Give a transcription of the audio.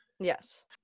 Yes